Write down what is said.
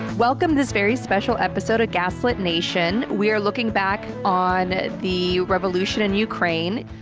welcome this very special episode of gaslit nation. we're looking back on the revolution in ukraine.